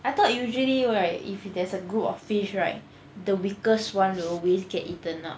I thought usually right if there's a group of fish right the weakest one will always get eaten up